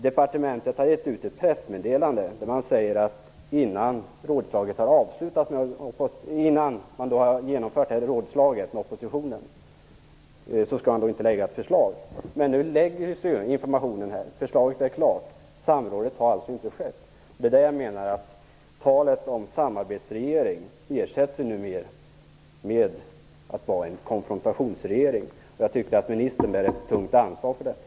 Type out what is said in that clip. Departementet har gett ut ett pressmeddelande där man säger att något förslag inte skall läggas fram innan man har genomfört ett rådslag med oppositionen. Men nu läggs informationen fram här i riksdagen. Förslaget är klart. Samrådet har alltså inte skett. Jag menar därför att den regering som sade sig vara en samarbetsregering nu visar sig vara en konfrontationsregering, och jag menar att ministern bär ett tungt ansvar för detta.